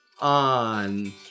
on